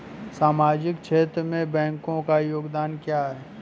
सामाजिक क्षेत्र में बैंकों का योगदान क्या है?